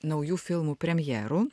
naujų filmų premjerų